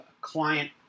client